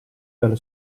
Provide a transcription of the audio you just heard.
dalle